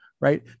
right